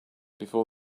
before